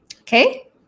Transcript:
Okay